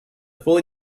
fully